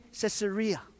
Caesarea